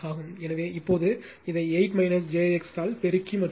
எனவே இப்போது இதை 8 j 6 ஆல் பெருக்கி மற்றும் வகுத்தால்